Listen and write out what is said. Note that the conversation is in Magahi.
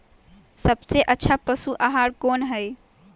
सबसे अच्छा पशु आहार कोन हई?